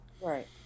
Right